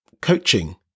coaching